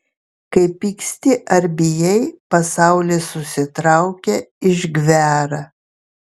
kai pyksti ar bijai pasaulis susitraukia išgvęra